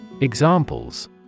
Examples